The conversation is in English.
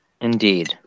Indeed